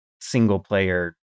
single-player